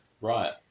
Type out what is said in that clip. Right